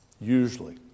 Usually